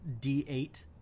d8